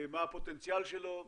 מה הפוטנציאל שלו.